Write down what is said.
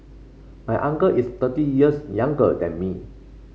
my uncle is thirty years younger than me